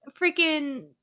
freaking